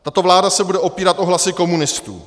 Tato vláda se bude opírat o hlasy komunistů.